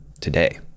today